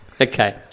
okay